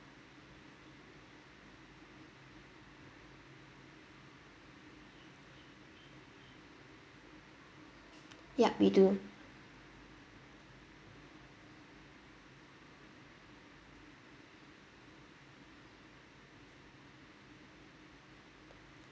yup we do